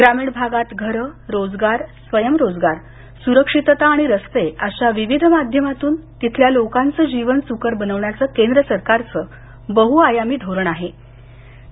ग्रामीण भागात घरं रोजगार स्वयंरोजगार सुरक्षितता आणि रस्ते अशा विविध माध्यमातून तिथल्या लोकांच जीवन सुकर बनविण्याच केंद्र सरकारचं बहुआयामी धोरण असल्याच त्यांनी सांगितलं